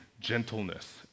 gentleness